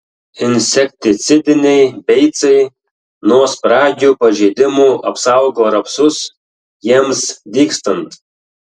insekticidiniai beicai nuo spragių pažeidimų apsaugo rapsus jiems dygstant